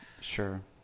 sure